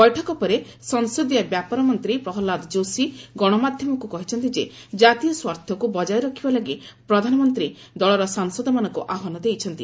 ବୈଠକ ପରେ ସଂସଦୀୟ ବ୍ୟାପାର ମନ୍ତ୍ରୀ ପ୍ରହଲ୍ଲାଦ ଯୋଶୀ ଗଣମାଧ୍ୟମକୁ କହିଛନ୍ତି ଯେ ଜାତୀୟ ସ୍ୱାର୍ଥକୁ ବଜାୟ ରଖିବା ଲାଗି ପ୍ରଧାନମନ୍ତ୍ରୀ ଦଳର ସାଂସଦମାନଙ୍କୁ ଆହ୍ୱାନ ଦେଇଛନ୍ତି